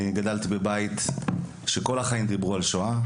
אני גדלתי בבית שכל החיים דיברו על שואה.